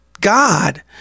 God